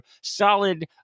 Solid